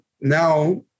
now